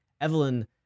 Evelyn